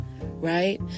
right